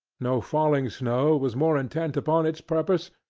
no falling snow was more intent upon its purpose,